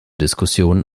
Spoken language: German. diskussionen